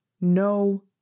no